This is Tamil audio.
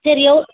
சரி எவ்